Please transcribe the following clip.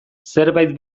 zerbait